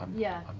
yeah,